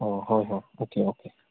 ꯑꯣ ꯍꯣꯏ ꯍꯣꯏ ꯑꯣꯀꯦ ꯑꯣꯀꯦ